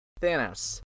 Thanos